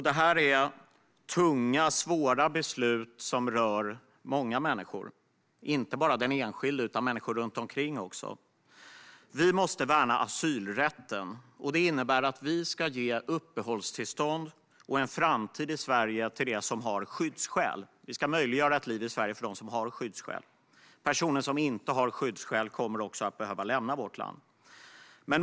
Detta är tunga och svåra beslut som rör många människor, inte bara den enskilde utan även människor runt omkring. Vi måste värna asylrätten. Det innebär att vi ska ge uppehållstillstånd och en framtid i Sverige till dem som har skyddsskäl. Vi ska möjliggöra ett liv i Sverige för dem som har skyddsskäl. Personer som inte har skyddsskäl kommer att behöva lämna vårt land.